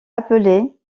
appelé